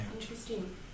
interesting